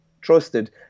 trusted